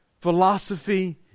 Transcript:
philosophy